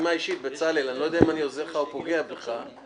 אבל בצלאל שותף לדרך, חבר טוב,